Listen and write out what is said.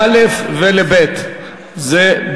לא' ולב' בנפרד,